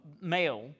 male